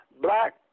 black